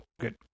good